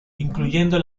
incluyendo